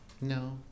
No